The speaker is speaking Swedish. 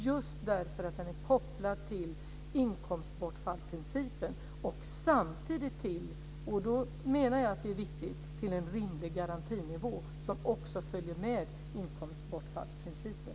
Det gör man därför att den är kopplad till inkomstbortfallsprincipen och samtidigt - och det menar jag är viktigt - till en rimlig garantinivå som också följer med inkomstbortfallsprincipen.